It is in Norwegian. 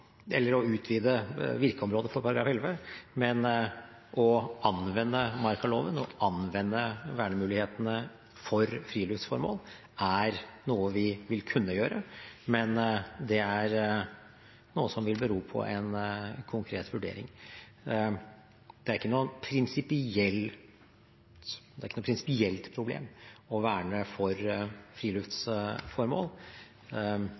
utvide virkeområdet for § 11, men å anvende markaloven og å anvende vernemulighetene for friluftsformål er noe vi vil kunne gjøre. Men det er noe som vil bero på en konkret vurdering. Det er ikke noe prinsipielt problem å verne for